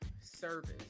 service